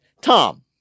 tom